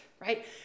right